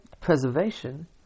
preservation